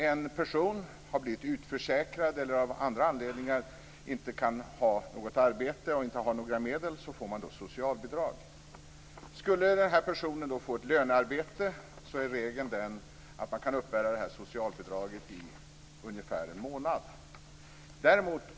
En person som har blivit utförsäkrad eller av andra anledningar inte kan ha något arbete och inte har några medel får sociabidrag. Skulle den här personen få ett lönearbete är regeln den att han kan uppbära det här socialbidraget i ungefär en månad.